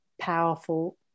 powerful